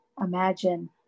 Imagine